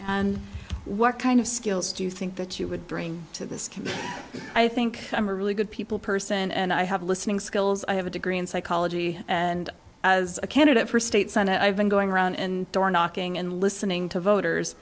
and what kind of skills do you think that you would bring to this i think i'm a really good people person and i have a listening skills i have a degree in psychology and as a candidate for state senate i've been going around and door knocking and listening to voters